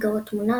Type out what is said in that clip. מסגרות תמונה,